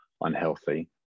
unhealthy